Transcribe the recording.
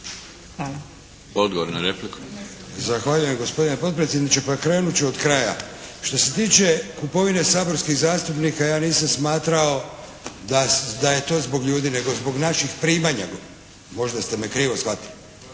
Antun (HNS)** Zahvaljujem gospodine potpredsjedniče. Pa krenut ću od kraja. Što se tiče kupovine saborskih zastupnika ja nisam smatrao da je to zbog ljudi, nego zbog naših primanja, možda ste me krivo shvatili.